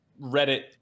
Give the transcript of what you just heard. Reddit